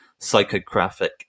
psychographic